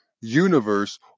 universe